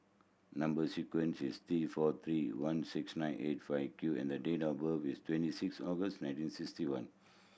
number sequence is T four three one six nine eight five Q and date of birth is twenty six August nineteen sixty one